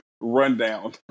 rundown